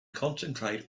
concentrate